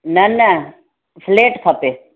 न न फ्लैट खपे